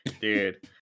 dude